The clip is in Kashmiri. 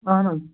اَہَن حظ